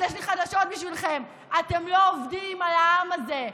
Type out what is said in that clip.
אז יש לי חדשות בשבילכם: אתם לא עובדים על העם הזה.